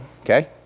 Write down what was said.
Okay